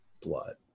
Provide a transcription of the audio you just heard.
blood